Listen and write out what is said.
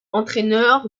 entraîneur